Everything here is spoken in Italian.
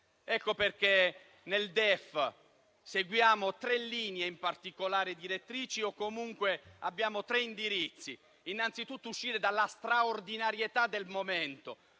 Ecco perché nel DEF seguiamo tre linee in particolare, tre direttrici, o comunque abbiamo tre indirizzi. Innanzi tutto, occorre uscire dalla straordinarietà del momento.